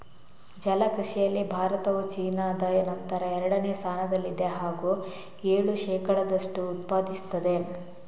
ಜಲ ಕೃಷಿಯಲ್ಲಿ ಭಾರತವು ಚೀನಾದ ನಂತರ ಎರಡನೇ ಸ್ಥಾನದಲ್ಲಿದೆ ಹಾಗೂ ಏಳು ಶೇಕಡದಷ್ಟು ಉತ್ಪಾದಿಸುತ್ತದೆ